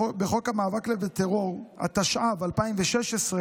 לחוק המאבק בטרור, התשע"ו 2016,